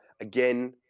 Again